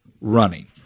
running